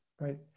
right